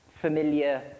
familiar